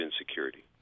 insecurity